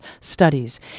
Studies